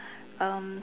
um